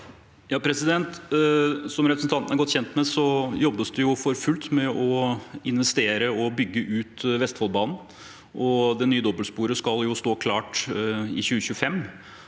Som repre- sentanten er godt kjent med, jobbes det for fullt med å investere og bygge ut Vestfoldbanen. Det nye dobbeltsporet skal stå klart i 2025,